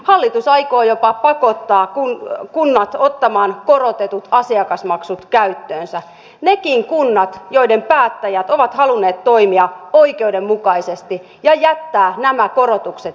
hallitus aikoo jopa pakottaa kunnat ottamaan korotetut asiakasmaksut käyttöönsä nekin kunnat joiden päättäjät ovat halunneet toimia oikeudenmukaisesti ja jättää nämä korotukset tekemättä